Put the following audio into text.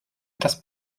das